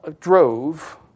drove